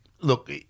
look